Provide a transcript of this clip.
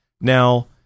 Now